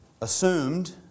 assumed